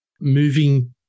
moving